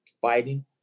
fighting